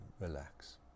relax